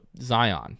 Zion